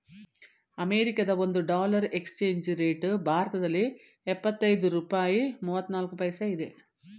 ಅಮೆರಿಕದ ಒಂದು dollar exchange rate ಭಾರತದಲ್ಲಿ ಎಪ್ಪತ್ತೈದು ರೂಪಾಯಿ ಮೂವ್ನಾಲ್ಕು ಪೈಸಾ ಇದೆ